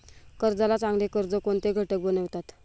कर्जाला चांगले कर्ज कोणते घटक बनवितात?